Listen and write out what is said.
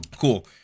cool